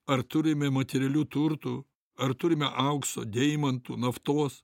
ar turime materialių turtų ar turime aukso deimantų naftos